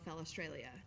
Australia